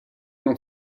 non